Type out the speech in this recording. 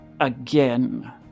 Again